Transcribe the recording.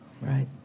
Right